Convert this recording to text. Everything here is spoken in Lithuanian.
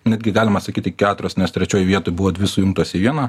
netgi galima sakyti keturios nes trečioj vietoj buvo dvi sujungtos į vieną